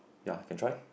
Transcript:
ya can try